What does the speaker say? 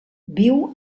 viu